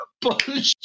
bullshit